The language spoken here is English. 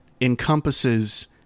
encompasses